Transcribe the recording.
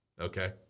Okay